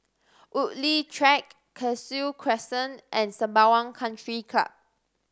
Woodleigh Track Cashew Crescent and Sembawang Country Club